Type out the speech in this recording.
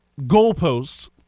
goalposts